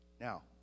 Now